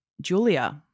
Julia